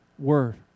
Word